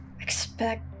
expect